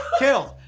killed.